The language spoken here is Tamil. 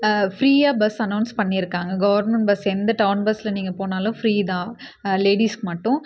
ஃப்ரீயாக பஸ் அனோன்ஸ் பண்ணியிருக்காங்க கவர்மெண்ட் பஸ் எந்த டவுன் பஸ்சில் நீங்கள் போனாலும் ஃப்ரீ தான் லேடிஸ்க்கு மட்டும்